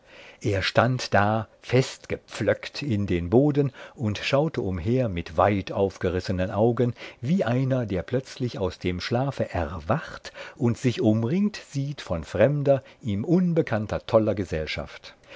er stand da festgepflöckt in den boden und schaute umher mit weitaufgerissenen augen wie einer der plötzlich aus dem schlafe erwacht und sich umringt sieht von fremder ihm unbekannter toller gesellschaft